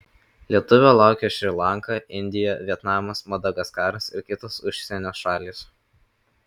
lietuvio laukia šri lanka indija vietnamas madagaskaras ir kitos užsienio šalys